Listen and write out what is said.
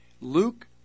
Luke